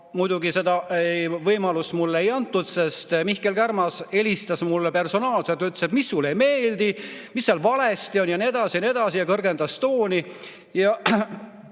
muidugi seda võimalust mulle ei antud, sest Mihkel Kärmas helistas mulle personaalselt, küsis, mis mulle ei meeldi, mis seal valesti on ja nii edasi, ja kõrgendas tooni.